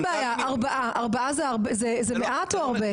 אין בעיה ארבעה, ארבעה זה מעט או הרבה?